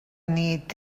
nit